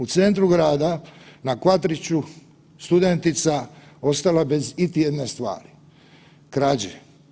U centru grada na Kvatriću studentica ostala bez iti jedne stvari, krađe.